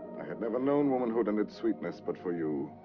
i have never know and womanhood in its sweetness, but for you.